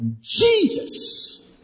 Jesus